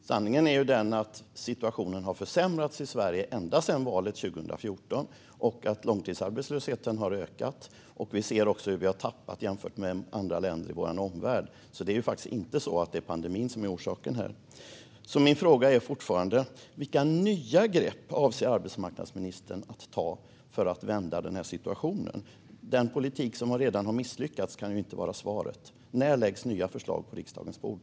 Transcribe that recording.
Fru talman! Sanningen är ju den att situationen har försämrats i Sverige ända sedan valet 2014 och att långtidsarbetslösheten har ökat. Vi ser också hur vi har tappat jämfört med andra länder i vår omvärld. Det är inte pandemin som är orsaken. Min fråga är fortfarande: Vilka nya grepp avser arbetsmarknadsministern att ta för att vända situationen? Den politik som redan har misslyckats kan ju inte vara svaret. När läggs nya förslag på riksdagens bord?